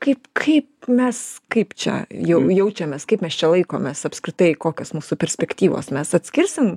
kaip kaip mes kaip čia jau jaučiamės kaip mes čia laikomės apskritai kokios mūsų perspektyvos mes atskirsim